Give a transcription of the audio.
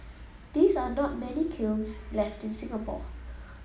these are not many kilns left in Singapore